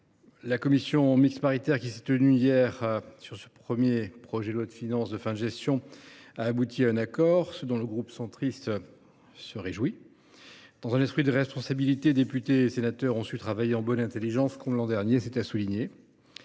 la commission mixte paritaire qui s’est tenue hier sur ce premier projet de loi de finances de fin de gestion a abouti à un accord, ce dont le groupe Union Centriste se réjouit. Dans un esprit de responsabilité, députés et sénateurs ont su travailler en bonne intelligence, comme l’an dernier c’est à souligner.